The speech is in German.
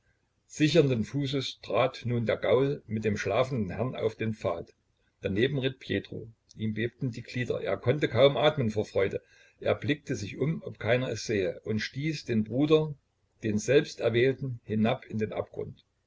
sichernden fußes trat nun der gaul mit dem schlafenden herrn auf den pfad daneben ritt pjetro ihm bebten die glieder er konnte kaum atmen vor freude er blickte sich um ob keiner es sähe und stieß den bruder den selbst erwählten hinab in den abgrund